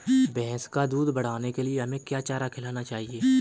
भैंस का दूध बढ़ाने के लिए हमें क्या चारा खिलाना चाहिए?